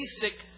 basic